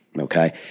Okay